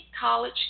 college